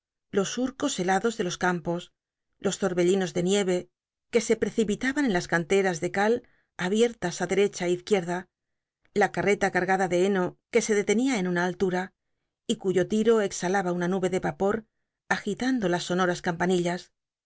los surcos helados de los campos los torbellinos de nieve que se precipitaban en las canteras de cal abiertas á detecha é izquietda la catreta catgada de heno que se deten ia en una a lura y cuyo ti to exhalaba una nube de vapor agi tando las sonotas ca